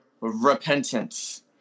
repentance